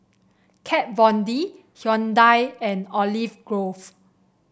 Kat Von D Hyundai and Olive Grove